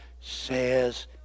says